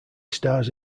stars